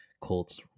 colts